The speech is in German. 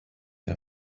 der